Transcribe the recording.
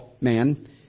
Man